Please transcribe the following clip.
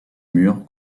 mur